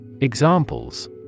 Examples